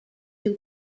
two